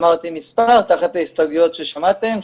אמרתי מספר תחת ההסתייגויות ששמעתם,